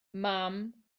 mam